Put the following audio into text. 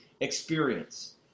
experience